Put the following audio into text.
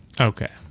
Okay